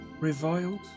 reviled